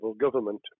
government